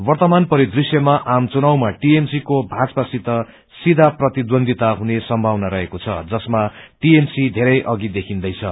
वर्त्तमान परिदृश्यमा आम चुनावमा टीएमसी को भाजपा सित सीधा प्रतिद्धन्विता हुने सम्भावना रहेको छ जसमा टीएमसी बेरै अघि देखिन्दैछ